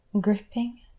gripping